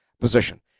position